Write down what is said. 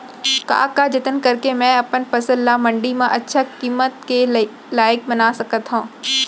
का का जतन करके मैं अपन फसल ला मण्डी मा अच्छा किम्मत के लाइक बना सकत हव?